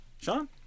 Sean